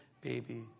baby